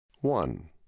one